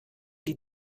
die